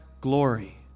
glory